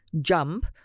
jump